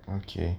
okay